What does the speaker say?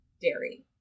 dairy